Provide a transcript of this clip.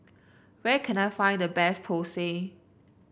where can I find the best thosai